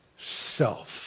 self